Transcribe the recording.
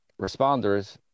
responders